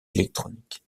électronique